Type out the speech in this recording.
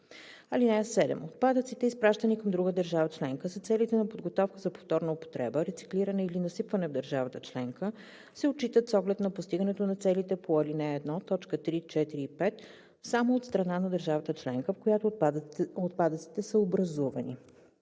комисия. (7) Отпадъците, изпращани към друга държава членка за целите на подготовка за повторна употреба, рециклиране или насипване в държавата членка, се отчитат с оглед на постигането на целите по ал. 1, т. 3, 4 и 5 само от страна на държавата членка, в която отпадъците са образувани.